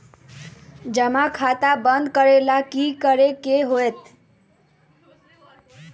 जमा खाता बंद करे ला की करे के होएत?